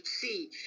see